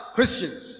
Christians